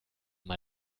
mal